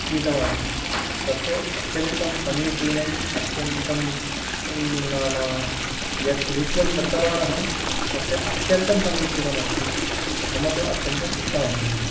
क्रीतवान् तत्तु अत्यन्तं समीचीनम् अत्यन्तं नाम यर्दूप्यं दत्तवानहं तस्य अत्यन्तं समीचीनमस्ति मम तु अत्यन्तम् इष्टमभूत्